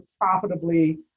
profitably